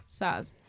Saz